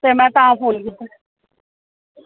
ते मै तां फ़ोन कीता